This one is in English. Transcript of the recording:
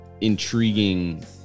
intriguing